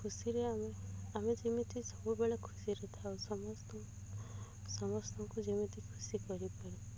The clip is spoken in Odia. ଖୁସିରେ ଆମେ ଆମେ ଯେମିତି ସବୁବେଳେ ଖୁସିରେ ଥାଉ ସମସ୍ତଙ୍କୁ ସମସ୍ତଙ୍କୁ ଯେମିତି ଖୁସି କରିପାରୁ